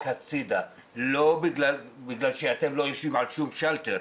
הצידה בגלל שאתם לא יושבים על שום שאלטר.